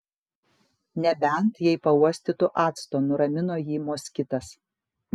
nebent jei pauostytų acto nuramino jį moskitas